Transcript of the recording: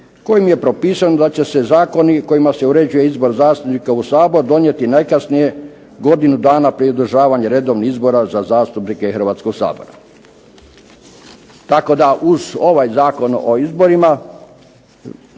kojim je propisano da će se zakoni kojima se uređuje izbor zastupnika u Sabor donijeti najkasnije godinu dana prije održavanja redovnih izbora za zastupnike Hrvatskoga sabora. Tako da uz ovaj Zakon o izborima,